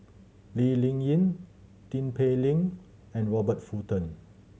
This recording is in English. Lee Ling Yen Tin Pei Ling and Robert Fullerton